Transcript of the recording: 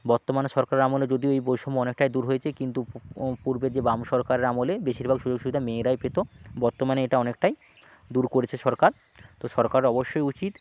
বর্তমানে সরকারের আমলে যদিও এই বৈষম্য অনেকটাই দূর হয়েছে কিন্তু ও ও পূর্বে যে বাম সরকারের আমলে বেশিরভাগ সুযোগ সুবিধা মেয়েরাই পেতো বর্তমানে এটা অনেকটাই দূর করেছে সরকার তো সরকারের অবশ্যই উচিত